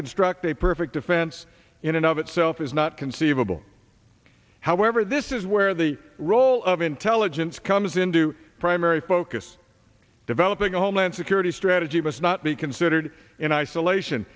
construct a perfect defense in and of itself is not conceivable however this is where the role of intelligence comes into primary focus this developing a homeland security strategy must not be considered in isolation